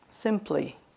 simply